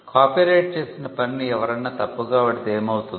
copyright చేసిన పనిని ఎవరన్నా తప్పుగా వాడితే ఏమౌతుంది